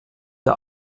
der